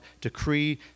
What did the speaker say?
decree